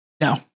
No